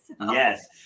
Yes